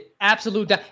Absolute